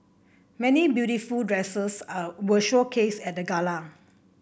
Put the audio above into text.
many beautiful dresses are were showcased at the gala